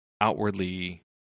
outwardly